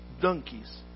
donkeys